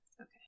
Okay